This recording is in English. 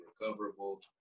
recoverable